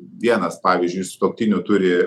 vienas pavyzdžiui sutuoktinių turi